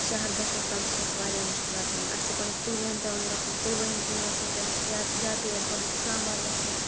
شہر گژھنَس تام چھِ اَسہِ واریاہ مُشکلات یِوان اَسہِ چھُ گۄڈنٮ۪تھ پُلۄوم پٮ۪وان گژھُن پٕلوٲم کِنۍ گژھُن پٮ۪وان یا یا پیٚیہِ اَسہِ گۄڈنٮ۪تھ اِسلام آباد وَسُن